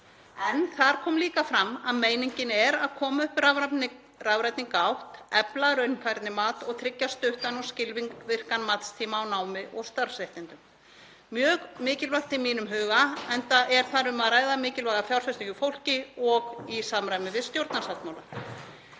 En þar kom líka fram að meiningin er að koma upp rafrænni gátt, efla raunfærnimat og tryggja stuttan og skilvirkan matstíma á námi og starfsréttindum. Það er mjög mikilvægt í mínum huga, enda er þar um að ræða mikilvæga fjárfestingu í fólki og í samræmi við stjórnarsáttmála.